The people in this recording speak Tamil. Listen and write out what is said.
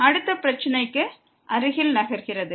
இப்போது அடுத்த பிரச்சினைக்கு செல்வோம்